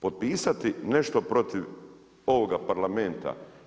Potpisati nešto protiv ovoga Parlamenta.